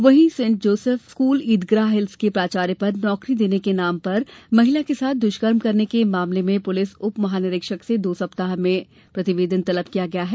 वहीं Saint Joseph school Idgah hills के प्राचार्य पर नौकरी देने के नाम पर महिला के साथ दुष्कर्म करने के मामले में पुलिस उप महानिरीक्षक से दो सप्ताह में प्रतिवेदन मांगा है